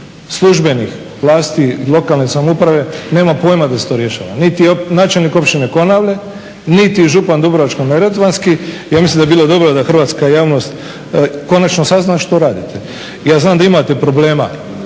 službenih vlasti, lokalne samouprave nema pojma da se to rješava niti načelnik općine Konavle, niti župan dubrovačko-neretvanski. Ja mislim da bi bilo dobro da hrvatska javnost konačno sazna što radite. Ja znam da imate problema